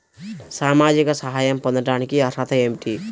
సామాజిక సహాయం పొందటానికి అర్హత ఏమిటి?